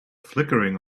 flickering